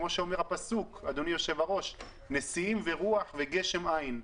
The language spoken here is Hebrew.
כמו שאומר הפסוק: "נשיאים ורוח וגשם אין",